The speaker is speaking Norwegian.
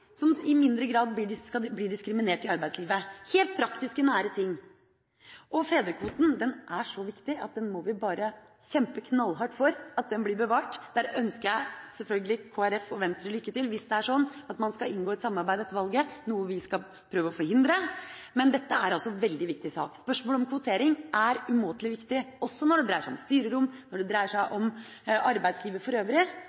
som i mindre grad blir diskriminert i arbeidslivet – helt praktiske, nære ting. Fedrekvoten er så viktig at vi bare må kjempe knallhardt for at den blir bevart. Jeg ønsker sjølsagt Kristelig Folkeparti og Venstre lykke til hvis det er sånn at man skal inngå et samarbeid etter valget, noe vi skal prøve å forhindre. Dette er en veldig viktig sak. Spørsmålet om kvotering er umåtelig viktig også når det dreier seg om styrerom, og når det dreier seg